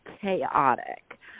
chaotic